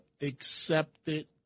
accepted